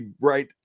right